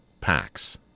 packs